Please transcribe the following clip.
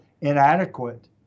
inadequate